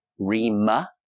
Rima